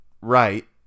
right